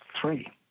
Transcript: three